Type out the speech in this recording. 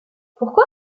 pourquoi